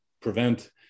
prevent